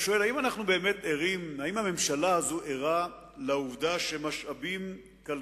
אנחנו מהדקים את החגורה, הכול נפרץ, הכול נפתח.